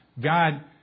God